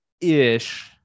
ish